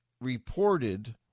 reported